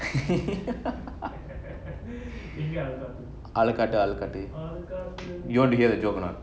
ஆள காட்டு ஆள காட்டு:aala kaatu aala kaatu you want to hear a joke or not